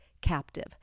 captive